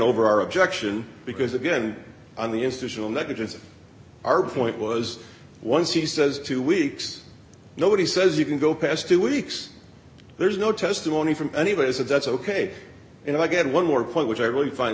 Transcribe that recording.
our objection because again on the institutional negligence of our point was once he says two weeks nobody says you can go past two weeks there's no testimony from anybody so that's ok and i get one more point which i really find